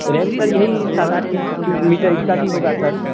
range sir यही सात आठ मीटर इसका भी होगा सर